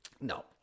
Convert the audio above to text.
No